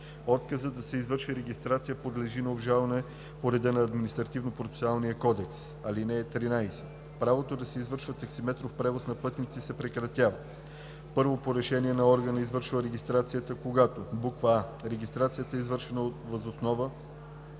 Отказът да се извърши регистрация подлежи на обжалване по реда на Административнопроцесуалния кодекс. (13) Правото да се извършва таксиметров превоз на пътници се прекратява: 1. по решение на органа, извършил регистрацията, когато: а) регистрацията е извършена въз основа